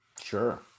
Sure